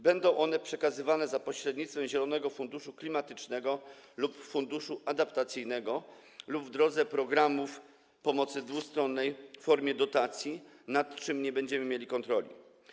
Bedą one przekazywane za pośrednictwem Zielonego Funduszu Klimatycznego lub Funduszu Adaptacyjnego, lub w drodze programów pomocy dwustronnej w formie dotacji, nad czym nie będziemy mieli kontroli.